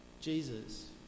Jesus